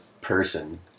person